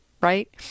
Right